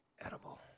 edible